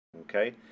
Okay